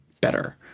better